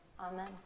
amen